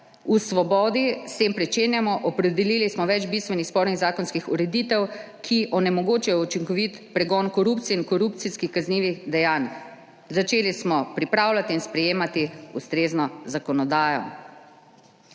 V Svobodi s tem pričenjamo, opredelili smo več bistvenih spornih zakonskih ureditev, ki onemogočajo učinkovit pregon korupcije in korupcijskih kaznivih dejanj. Začeli smo pripravljati in sprejemati ustrezno zakonodajo.